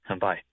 Bye